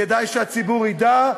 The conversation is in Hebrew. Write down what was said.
כדאי שהציבור ידע,